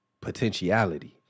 Potentiality